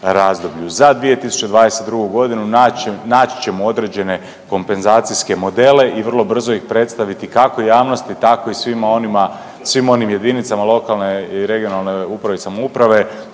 Za 2022. godinu naći ćemo određene kompenzacijske modele i vrlo brzo ih predstaviti kako javnosti tako i svima onim jedinicama lokalne i regionalne uprave i samouprave,